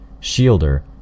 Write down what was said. Shielder